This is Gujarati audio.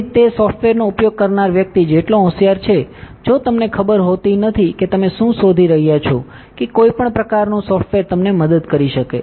તેથી તે સ theફ્ટવેરનો ઉપયોગ કરનાર વ્યક્તિ જેટલો જ હોશિયાર છે જો તમને ખબર હોતી નથી કે તમે શું શોધી રહ્યાં છો કે કોઈ પણ પ્રકારનું સ સોફ્ટવેર તમને મદદ કરી શકે